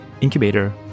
incubator